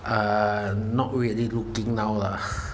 uh not really looking now lah